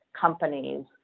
companies